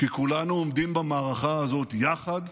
כי כולנו עומדים במערכה הזאת יחד.